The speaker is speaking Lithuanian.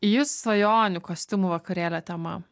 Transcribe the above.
jūsų svajonių kostiumų vakarėlio tema